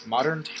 Modern